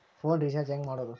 Phone recharge ಹೆಂಗೆ ಮಾಡೋದು?